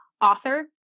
Author